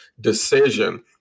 decision